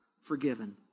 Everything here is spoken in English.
forgiven